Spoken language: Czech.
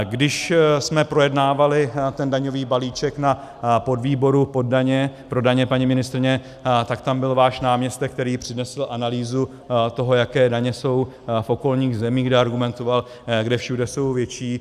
Když jsme projednávali daňový balíček na podvýboru pro daně, paní ministryně, tak tam byl váš náměstek, který přinesl analýzu toho, jaké daně jsou v okolních zemích, kde argumentoval, kde všude jsou větší.